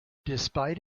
despite